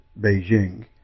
Beijing